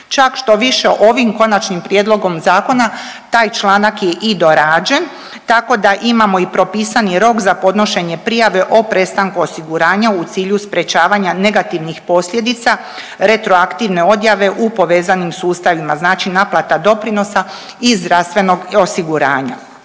Čak štoviše ovim konačnim prijedlogom zakona taj članak je i dorađen, tako da imamo i propisani rok za podnošenje prijave o prestanku osiguranja u cilju sprječavanja negativnih posljedica, retroaktivne odjave u povezanim sustavima, znači naplata doprinosa iz zdravstvenog osiguranja.